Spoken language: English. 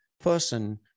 person